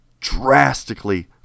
drastically